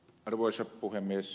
arvoisa puhemies